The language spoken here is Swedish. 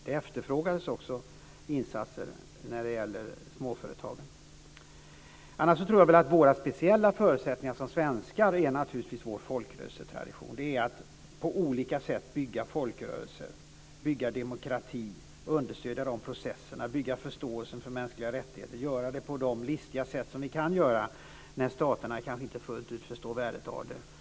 Det efterfrågades också insatser när det gällde småföretag. Annars tror jag väl att vår speciella förutsättning som svenskar naturligtvis är vår folkrörelsetradition. Det är att på olika sätt bygga folkrörelser, att bygga demokrati och att understödja de processerna. Det är att bygga förståelse för mänskliga rättigheter och göra det på de listiga sätt vi kan göra när staterna kanske inte fullt ut förstår värdet av det.